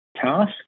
task